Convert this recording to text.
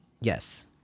yes